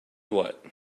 what